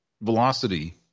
velocity